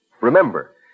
Remember